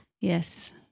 Yes